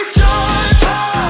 joyful